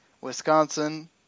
Wisconsin